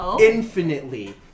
infinitely